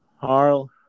Harl